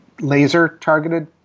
laser-targeted